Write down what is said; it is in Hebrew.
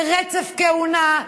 ברצף כהונה,